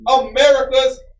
America's